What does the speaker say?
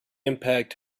impact